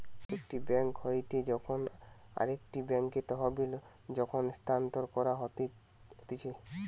একটি বেঙ্ক হইতে যখন আরেকটি বেঙ্কে তহবিল যখন স্থানান্তর করা হতিছে